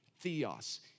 theos